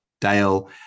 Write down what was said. Dale